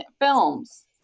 films